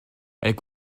elle